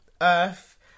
earth